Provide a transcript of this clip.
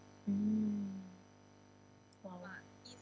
mm !wow!